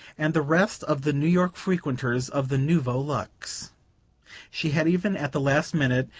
and the rest of the new york frequenters of the nouveau luxe she had even, at the last minute,